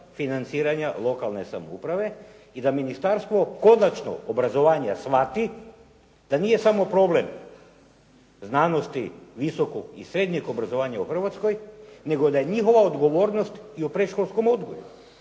financiranja lokalne samouprave i da Ministarstvo konačno obrazovanja shvati da nije samo problem znanosti, visokog i srednjeg obrazovanja u Hrvatskoj nego da je njihova odgovornost i u predškolskom odgoju